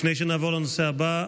לפני שנעבור לנושא הבא,